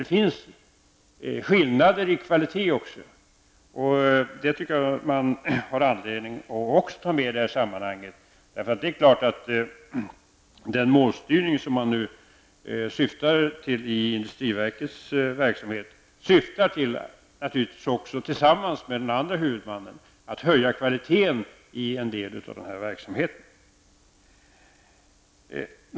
Det finns också skillnader i kvalitet, och jag menar att det finns anledning att i detta sammanhang ta upp även det. Målstyrningen i industriverkets verksamhet har, tillsammans med insatser från den andra huvudmannen, till syfte att höja kvaliteten i en del av verksamheten.